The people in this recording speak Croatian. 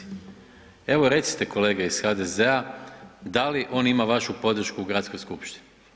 Evo, recite kolege iz HDZ-a, da li on ima vašu podršku u gradskoj skupštini?